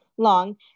long